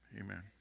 Amen